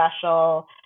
special